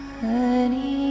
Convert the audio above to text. Honey